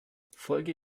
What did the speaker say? folge